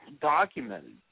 documented